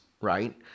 right